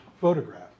photograph